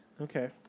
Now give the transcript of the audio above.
Okay